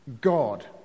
God